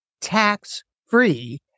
tax-free